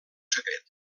secret